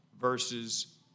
versus